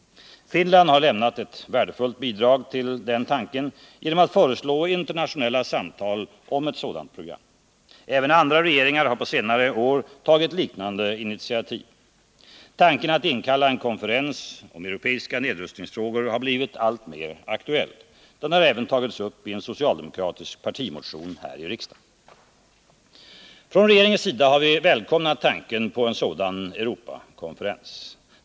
Finland har lämnat ett värdefullt bidrag till den tanken genom att föreslå internationella samtal om ett sådant program. Även andra regeringar har på senare år tagit liknande initiativ. Tanken att inkalla en konferens om europeiska nedrustningsfrågor har blivit alltmer aktuell. Den har även tagits upp i en socialdemokratisk partimotion här i riksdagen. Från regeringens sida har vi välkomnat tanken på en sådan Europakonferens.